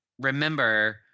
remember